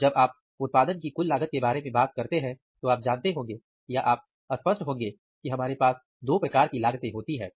और जब आप उत्पादन की कुल लागत के बारे में बात करते हैं तो आप जानते होंगे या आप स्पष्ट होंगे कि हमारे पास दो प्रकार की लागतें होती हैं